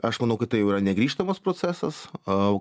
aš manau kad tai jau yra negrįžtamas procesas a